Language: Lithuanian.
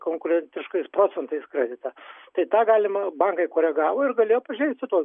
konkurentiškais procentais kreditą tai tą galima bankai koregavo ir galėjo pažeisti tuos